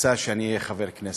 רצה שאהיה חבר כנסת.